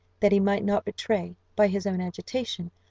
that he might not betray, by his own agitation,